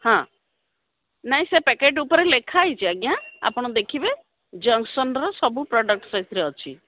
ହଁ ନାଇଁ ସେ ପ୍ୟାକେଟ୍ ଉପରେ ଲେଖା ହେଇଛି ଆଜ୍ଞା ଆପଣ ଦେଖିବେ ଜନ୍ସନ୍ର ସବୁ ପ୍ରଡ଼କ୍ଟ ସେଇଥିରେ ଅଛି